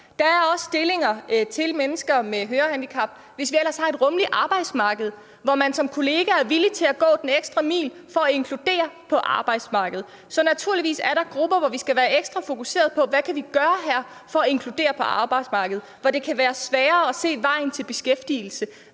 Der er også stillinger til mennesker med hørehandicap, hvis vi ellers har et rummeligt arbejdsmarked, hvor man som kollega er villig til at gå den ekstra mil for at inkludere dem på arbejdsmarkedet. Så er der naturligvis grupper, hvor vi skal være ekstra fokuserede på, hvad vi kan gøre for at inkludere dem på arbejdsmarkedet, og hvor det kan være sværere at se vejen til beskæftigelse.